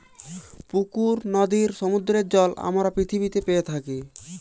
পুকুর, নদীর, সমুদ্রের জল আমরা পৃথিবীতে পেয়ে থাকি